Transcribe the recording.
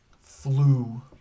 flu